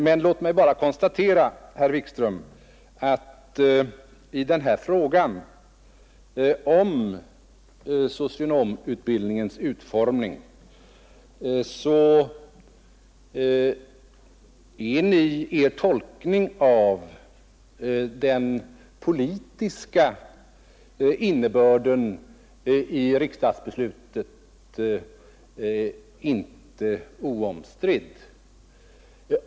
Men låt mig bara konstatera, herr Wikström, att i den här frågan om socionomutbildningens utformning är Er tolkning av den politiska innebörden i riksdagsbeslutet inte oomstridd.